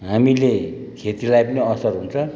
हामीले खेतीलाई पनि असर हुन्छ